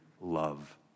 love